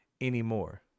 anymore